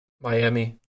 Miami